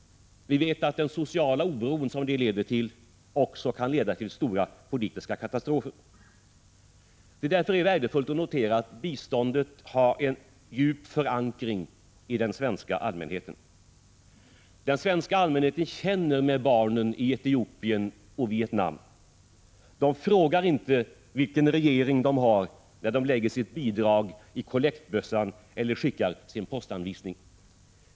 Vi vet att den sociala oro som detta medför också kan leda till stora politiska katastrofer. Därför är det värdefullt att notera att biståndet har en djup förankring hos den svenska allmänheten. Den svenska allmänheten känner med barnen i Etiopien och Vietnam. Man frågar inte vilken regering dessa länder har när man lägger sitt bidrag i kollektbössan eller skickar sin postanvisning.